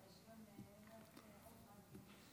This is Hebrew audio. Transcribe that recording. רק שתדעו שלהיות שכנה של